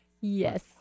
Yes